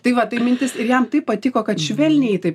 tai va tai mintis ir jam taip patiko kad švelniai taip